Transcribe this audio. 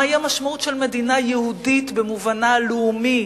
מהי המשמעות של מדינה יהודית במובנה הלאומי,